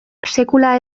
sekula